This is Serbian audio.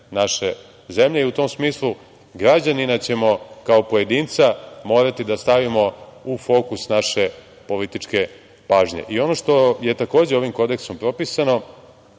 naše zemlje i u tom smislu građanina ćemo kao pojedinca morati da stavimo u fokus naše političke pažnje. Ono što je takođe ovim kodeksom propisano,